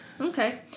Okay